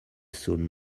soon